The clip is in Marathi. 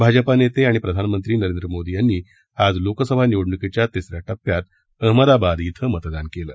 भाजपा नेते आणि प्रधानमंत्री नरेंद्र मोदी यांनी आज लोकसभा निवडणकीच्या तिस या टप्प्यात अहमदाबाद क्रिं मतदान केलं